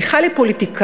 מיכל היא פוליטיקאית.